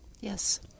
Yes